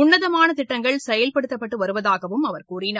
உள்ளதமாள திட்டங்கள் செயல்படுத்தப்பட்டு வருவதாகவும் அவர் கூறினார்